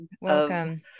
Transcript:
welcome